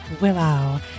Willow